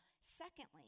Secondly